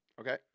Okay